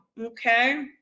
Okay